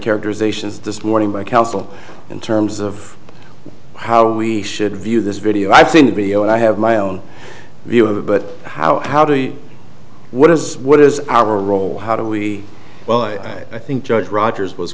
characterizations this morning by counsel in terms of how we should view this video i think the video and i have my own view of it but how how do we what is what is our role how do we well i think judge rogers was